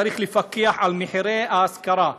צריך לפקח על מחירי ההשכרה,